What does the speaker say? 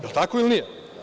Je li tako ili nije?